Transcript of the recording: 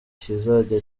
kizajya